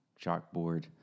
chalkboard